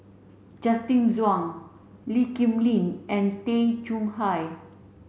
Justin Zhuang Lee Kip Lin and Tay Chong Hai